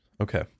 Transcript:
Okay